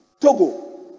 Togo